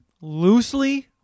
loosely